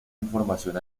información